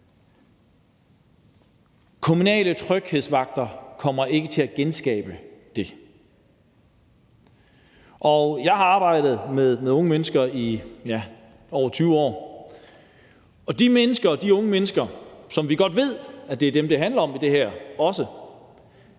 Kommunale tryghedsvagter kommer ikke til at genskabe det. Jeg har arbejdet med unge mennesker i over 20 år, og de mennesker, de unge mennesker, som vi godt ved det her også handler om, kommer ikke